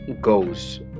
goes